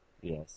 Yes